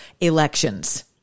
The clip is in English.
elections